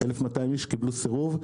כ-1,200 איש קיבלו סירוב,